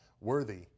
worthy